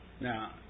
Now